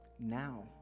now